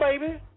baby